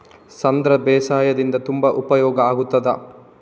ಸಾಂಧ್ರ ಬೇಸಾಯದಿಂದ ತುಂಬಾ ಉಪಯೋಗ ಆಗುತ್ತದಾ?